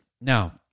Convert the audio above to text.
Now